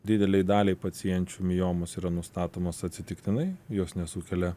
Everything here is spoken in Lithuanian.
dideliai daliai pacienčių miomos yra nustatomos atsitiktinai jos nesukelia